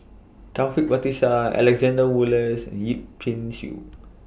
Taufik Batisah Alexander Wolters and Yip Pin Xiu